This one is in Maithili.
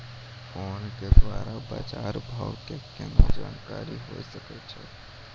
फोन के द्वारा बाज़ार भाव के केना जानकारी होय सकै छौ?